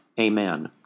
amen